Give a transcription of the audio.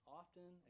often